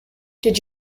did